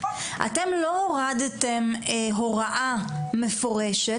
אתם לא הורדתם הוראה מפורשת,